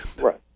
Right